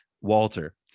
Walter